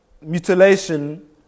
mutilation